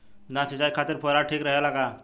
धान सिंचाई खातिर फुहारा ठीक रहे ला का?